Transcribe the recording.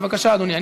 בבקשה, אדוני.